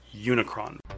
Unicron